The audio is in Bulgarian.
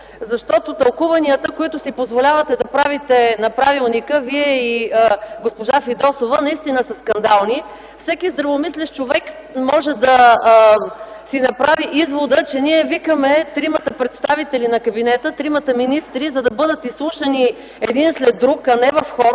защото тълкуванията на правилника, които си позволявате да правите Вие и госпожа Фидосова, наистина са скандални. Всеки здравомислещ човек може да си направи извода, че ние викаме тримата представители на кабинета, тримата министри, за да бъдат изслушани един след друг, а не в хор.